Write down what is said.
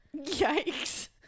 yikes